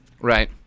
Right